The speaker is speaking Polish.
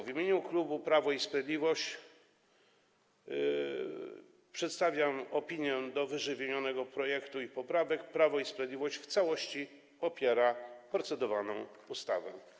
W imieniu klubu Prawo i Sprawiedliwość przedstawiam opinię w sprawie ww. projektu i poprawek: Prawo i Sprawiedliwość w całości popiera procedowaną ustawę.